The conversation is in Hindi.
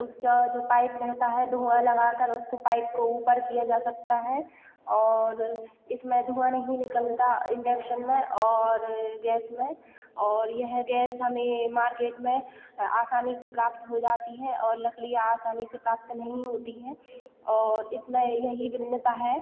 इसका जो पाइप रहता है धुआँ लगा कर उसको पाइप को ऊपर किया जा सकता है और इसमें धुआँ नहीं निकलता इंडक्शन में और गैस में और यह गैस हमें मार्केट में आसानी से प्राप्त हो जाती है और लकड़ियाँ आसानी से प्राप्त नहीं होती हैं और इसमें यही भिन्नता है